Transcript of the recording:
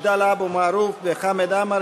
עבדאללה אבו מערוף וחמד עמאר,